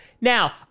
now